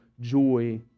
joy